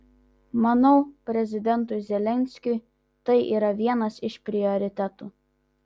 manau prezidentui zelenskiui tai yra vienas iš prioritetų